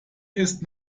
ist